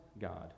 God